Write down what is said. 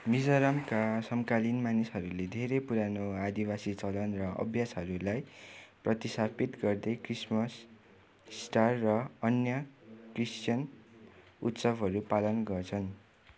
मिजोरमका समकालीन मानिसहरूले धेरै पुरानो आदिवासी चलन र अभ्यासहरूलाई प्रतिस्थापित गर्दै क्रिसमस इस्टर र अन्य क्रिस्चियन उत्सवहरू पालन गर्छन्